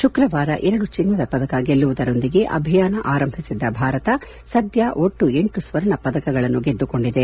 ಶುಕ್ರವಾರ ಎರಡು ಚಿನ್ನ ಪದಕ ಗೆಲ್ಲುವುದರೊಂದಿಗೆ ಅಭಿಯಾನ ಆರಂಭಿಸಿದ್ದ ಭಾರತ ಸದ್ದ ಒಟ್ಟು ಎಂಟು ಸ್ವರ್ಣ ಪದಕಗಳನ್ನು ಗೆದ್ದುಕೊಂಡಿದೆ